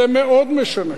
זה מאוד משנה.